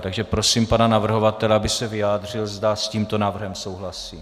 Takže prosím pana navrhovatele, aby se vyjádřil, zda s tímto návrhem souhlasí.